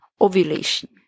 ovulation